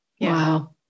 Wow